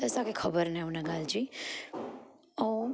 त असांखे ख़बर नाहे हुन ॻाल्हि जी ऐं